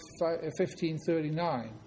1539